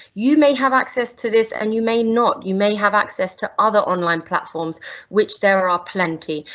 you may have access to this, and you may not, you may have access to other online platforms which there are ah plenty,